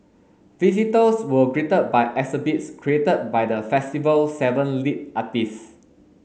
visitors were greeted by exhibits created by the festival's seven lead artists